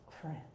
Friends